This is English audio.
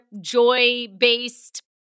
joy-based